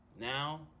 now